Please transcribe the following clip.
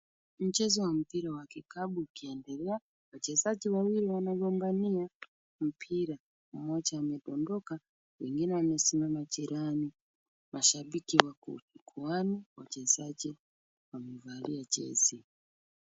Mchezo wa mpira wa kikapu ukiendelea. Wachezaji wawili wanang'ang'ania mpira. Mmoja amedondoka, wengine wamesimama jirani. Mashabiki wako mkoani, wachezaji wamevalia jezi.